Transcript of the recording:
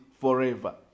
forever